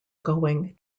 going